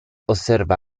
osserva